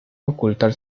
ocultar